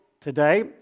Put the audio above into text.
today